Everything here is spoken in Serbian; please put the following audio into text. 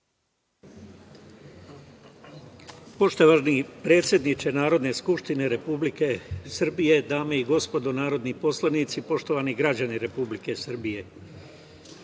Poštovani predsedniče Narodne skupštine Republike Srbije, dame i gospodo narodni poslanici, poštovani građani Republike Srbije,